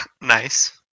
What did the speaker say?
Nice